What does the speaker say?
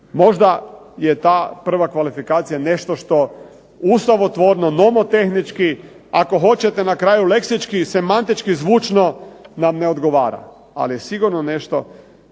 Možda je ta prva kvalifikacija nešto što uz .../Govornik se ne razumije./... nomotehnički, ako hoćete na kraju leksički, semantički zvučno nam ne odgovara. Ali je sigurno nešto